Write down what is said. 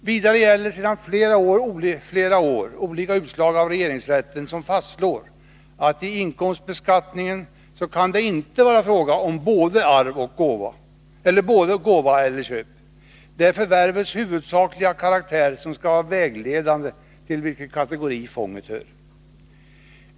Vidare gäller sedan flera år olika utslag av regeringsrätten som fastslår att det i inkomstbeskattningen inte kan vara fråga om både gåva och köp. Det är förvärvets huvudsakliga karaktär som skall vara vägledande för till vilken kategori fånget hör.